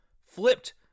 flipped